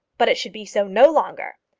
but it should be so no longer.